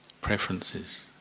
preferences